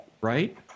Right